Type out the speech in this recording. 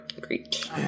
Great